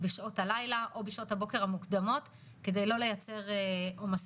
להתייחסות לחבר הכנסת ליצמן לגבי הנושא של הנדירות של האירועים האלה,